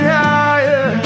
higher